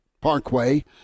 Parkway